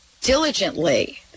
diligently